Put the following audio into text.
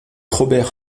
robert